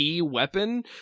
weapon